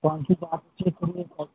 कौन सी बातचीत हुई है कौन